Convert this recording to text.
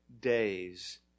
days